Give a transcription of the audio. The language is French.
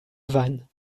van